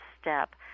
step